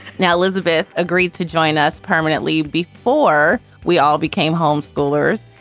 now, elizabeth agreed to join us permanently. before we all became homeschoolers,